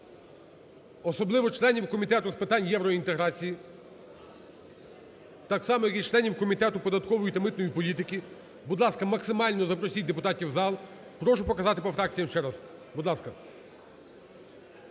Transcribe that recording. особливо членів Комітету з питань євроінтеграції так само, як і членів Комітету податкової та митної політики. Будь ласка, максимально запросіть депутатів в зал. Прошу показати по фракціям ще раз. Будь ласка.